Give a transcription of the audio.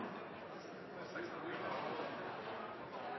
seks